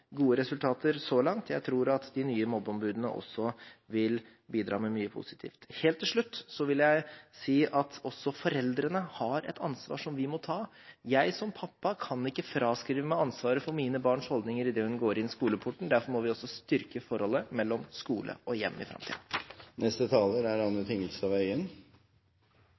gode resultater så langt. Jeg tror at de nye mobbeombudene også vil bidra med mye positivt. Helt til slutt vil jeg si at også vi som foreldre har et ansvar som vi må ta. Jeg som pappa kan ikke fraskrive meg ansvaret for mine barns holdninger idet de går inn skoleporten. Derfor må vi også styrke forholdet mellom skole og hjem i